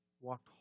walked